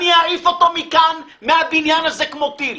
אעיף אותו מהבניין הזה כמו טיל.